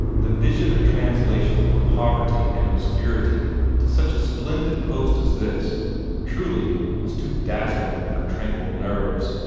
the vision of translation from poverty and obscurity to such a splendid post as this truly it was too dazzling for tranquil nerves.